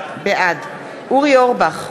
בעד אורי אורבך,